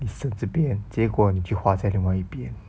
你省这边结果你去花在另外一边